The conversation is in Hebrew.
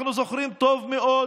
אנחנו זוכרים טוב מאוד